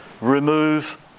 remove